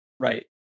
Right